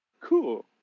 Cool